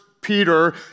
Peter